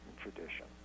tradition